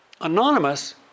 Anonymous